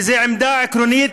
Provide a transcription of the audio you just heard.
כי זו עמדה עקרונית,